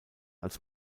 als